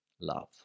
love